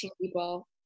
people